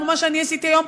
כמו מה שאני עשיתי היום,